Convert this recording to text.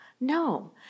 No